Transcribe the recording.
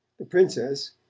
the princess,